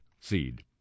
seed